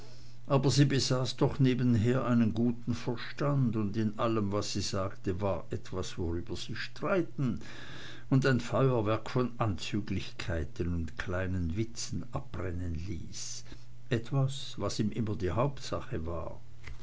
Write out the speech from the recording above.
aber sie besaß doch nebenher einen guten verstand und in allem was sie sagte war etwas worüber sich streiten und ein feuerwerk von anzüglichkeiten und kleinen witzen abbrennen ließ etwas was ihm immer eine hauptsache war